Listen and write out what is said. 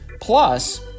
plus